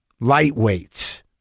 lightweights